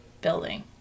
building